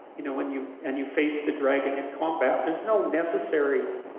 you know and you and you face the dragon in combat, there's no necessary.